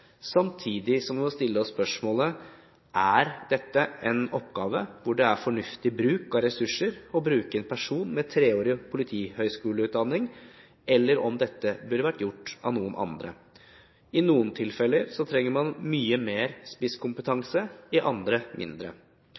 samtidig som vi må stille oss spørsmålet: Er dette en oppgave hvor det er fornuftig bruk av ressurser å bruke en person med treårig politihøyskoleutdanning, eller burde dette vært gjort av andre? I noen tilfeller trenger man mye mer spisskompetanse, i andre mindre.